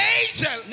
angel